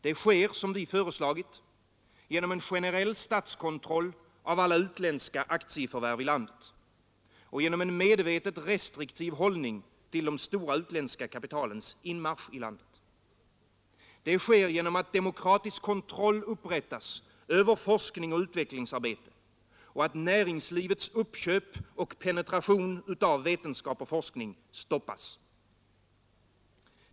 Det sker, som vi föreslagit, genom en generell statskontroll av alla utländska aktieförvärv i landet och genom en medvetet restriktiv hållning till de stora utländska kapitalens inmarsch i landet. Det sker genom att demokratisk kontroll upprättas över forskning och utvecklingsarbete och genom att näringslivets uppköp och penetration av vetenskap och forskning stoppas.